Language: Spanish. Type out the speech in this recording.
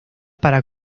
para